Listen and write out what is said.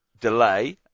delay